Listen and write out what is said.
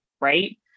right